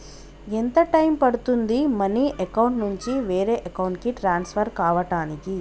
ఎంత టైం పడుతుంది money account నుంచి వేరే అకౌంట్ కి ట్రాన్స్ఫర్ కావటానికి?